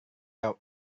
jawab